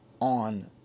on